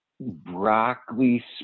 broccoli